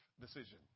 decision